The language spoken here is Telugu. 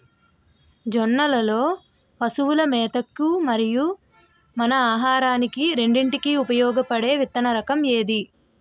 జొన్నలు లో పశువుల మేత కి మరియు మన ఆహారానికి రెండింటికి ఉపయోగపడే విత్తన రకం ఏది?